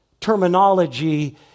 terminology